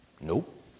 Nope